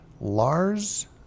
Lars